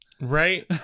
Right